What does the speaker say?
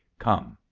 come!